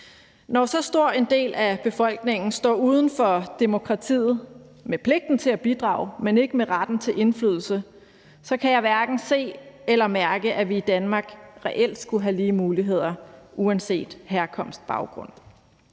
Når så stor en del af befolkningen står uden for demokratiet med pligten til at bidrage, men ikke med retten til indflydelse, kan jeg hverken se eller mærke, at vi i Danmark reelt skulle have lige muligheder uanset herkomst og baggrund.